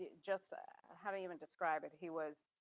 just having even describe it, he was,